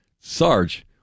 Sarge